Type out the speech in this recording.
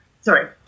sorry